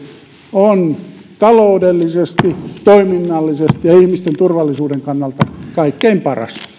on taloudellisesti toiminnallisesti ja ihmisten turvallisuuden kannalta kaikkein paras